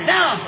Now